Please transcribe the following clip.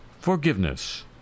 forgiveness